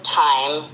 time